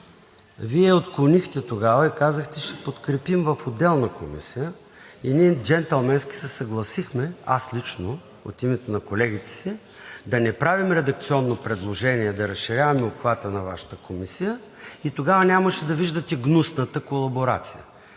Вие отклонихте тогава и казахте: „Ще подкрепим в отделна комисия“, и ние джентълменски се съгласихме, аз лично – от името на колегите си, да не правим редакционно предложение да разширяваме обхвата на Вашата комисия. И тогава нямаше да виждате „гнусната колаборация“